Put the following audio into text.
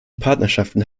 partnerschaften